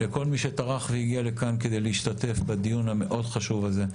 לכל מי שטרח והגיע לכאן כדי להשתתף בדיון המאוד חשוב הזה.